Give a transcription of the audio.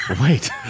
Wait